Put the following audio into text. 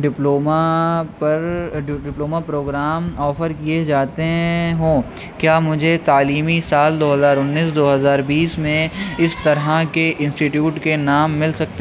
diploma پر ڈی diploma programme offer کیے جاتے ہوں کیا مجھے تعلیمی سال دو ہزار انیس دو ہزار بیس میں اس طرح کے انسٹیٹیوٹ کے نام مل سکتے